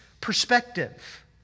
perspective